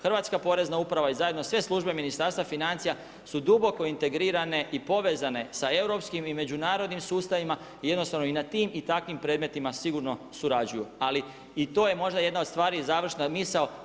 Hrvatska Porezna uprava i zajedno sve službe Ministarstva financija su duboko integrirane i povezano za europskim i međunarodnim sustavima i jednostavno na tim i takvim predmetima surađuju ali i to je možda jedna od stvari i završna misao.